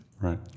Right